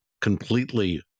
completely